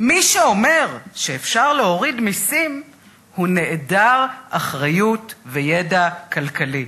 מי שאומר שאפשר להוריד מסים הוא נעדר אחריות וידע כלכלי,